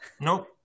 Nope